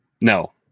No